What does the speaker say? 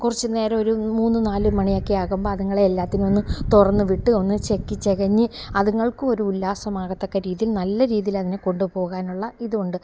കുറച്ച് നേരമൊരു മൂന്ന് നാല് മണിയൊക്കെ ആകുമ്പം അതുങ്ങളെ എല്ലാറ്റിനെയും ഒന്ന് തുറന്നു വിട്ട് ഒന്ന് ചിക്കി ചികഞ്ഞ് അതുങ്ങൾക്കുമൊരു ഉല്ലാസമാകത്തക്ക രീതിയിൽ നല്ല രീതിയിലതിനെ കൊണ്ടു പോകാനുള്ള ഇതുമുണ്ട്